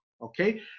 Okay